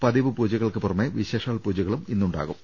പതിവ് പൂജകൾക്ക് പുറമെ വിശേഷാൽ പൂജകളും ഇന്നുണ്ടാകും